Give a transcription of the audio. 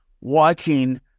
watching